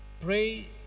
pray